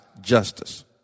justice